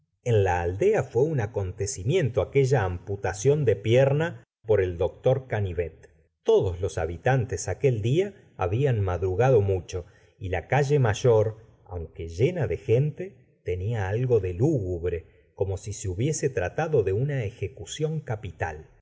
en la aldea fué un acontecimiento aquella amputación de pierna por el doctor canivet todos los habitantes aquel día habían madrugado mucho y la calle mayor aunque llena de ge nte tenia algo de lúgubre como si se hubiese tratado de una ejecución capital